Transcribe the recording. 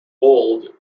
bold